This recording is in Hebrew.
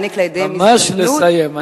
אני מבקש ממש לסיים,